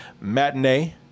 matinee